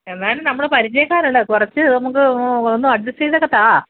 എന്തായാലും നമ്മൾ പരിചയക്കാരല്ലെ കുറച്ച് നമുക്ക് ഒന്ന് അഡ്ജസ്റ്റ് ചെയ്തതൊക്കെ താ